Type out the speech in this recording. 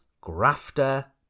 grafter